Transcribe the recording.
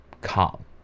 calm